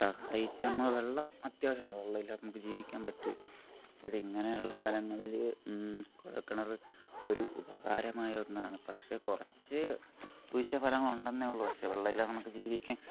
സഹായിച്ച് നമ്മൾ വെള്ളം അത്യാവശ്യമാണ് വെള്ളം ഇല്ലാതെ നമുക്ക് ജീവിക്കാൻ പറ്റുകയില്ല അപ്പോൾ ഇങ്ങനെ ഉള്ള സ്ഥലങ്ങളിൽ ഈ കുഴൽ കിണർ ഒരു ഉപകാരമായൊന്നാണ് പക്ഷേ കുറച്ച് ദൂശ്യഫലങ്ങൾ ഉണ്ട് എന്നേ ഉള്ളു പക്ഷേ വെള്ളം ഇല്ലാത ജീവിക്കാൻ